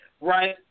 right